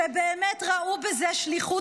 שבאמת ראו בזה שליחות,